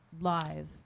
Live